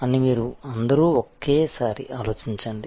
అని మీరు అందరూ ఒకసారి ఆలోచించండి